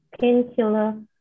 painkiller